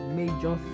major